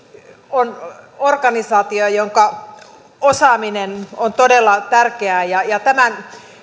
on organisaatio jonka osaaminen on todella tärkeää tämän